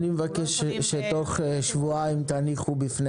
אני מבקש שתוך שבועיים תניחו בפני